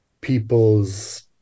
people's